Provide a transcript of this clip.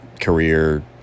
career